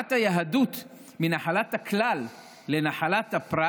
שהעברת היהדות מנחלת הכלל לנחלת הפרט